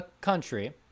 country